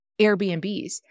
Airbnbs